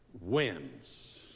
wins